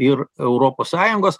ir europos sąjungos